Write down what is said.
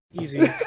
Easy